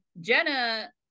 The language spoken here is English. Jenna